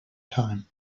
time